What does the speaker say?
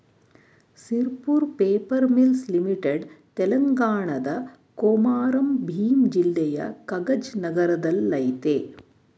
Sirpur paper mills limited ತೆಲಂಗಾಣದ ಕೊಮಾರಂ ಭೀಮ್ ಜಿಲ್ಲೆಯ ಕಗಜ್ ನಗರದಲ್ಲಯ್ತೆ